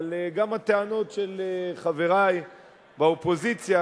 אבל גם הטענות של חברי באופוזיציה,